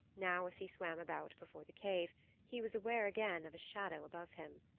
now as he swam about before the cave he was aware again of a shadow above him.